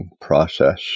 process